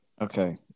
Okay